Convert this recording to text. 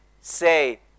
say